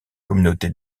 communauté